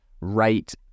right